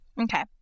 okay